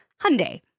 Hyundai